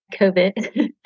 COVID